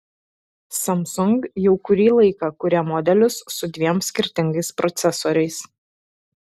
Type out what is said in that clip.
samsung jau kurį laiką kuria modelius su dviem skirtingais procesoriais